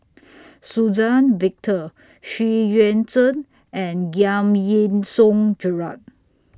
Suzann Victor Xu Yuan Zhen and Giam Yean Song Gerald